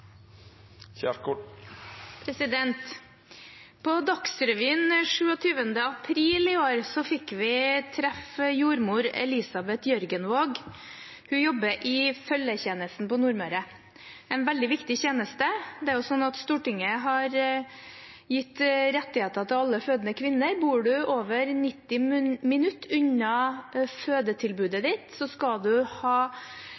replikkordskifte. På Dagsrevyen 27. april i år fikk vi treffe jordmor Elisabeth Jørgenvåg. Hun jobber i følgetjenesten på Nordmøre. Det er en veldig viktig tjeneste. Stortinget har gitt rettigheter til alle fødende kvinner: Bor man over 90 minutter unna fødetilbudet, har man rett til å ha